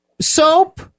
Soap